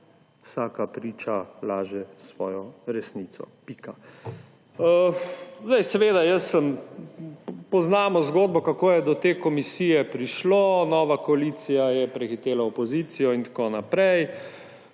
Vsaka priča laže svoje resnico. Pika. Poznamo zgodbo, kako je do te komisije prišlo. Nova koalicija je prehitela opozicijo in tako naprej